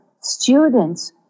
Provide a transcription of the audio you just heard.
students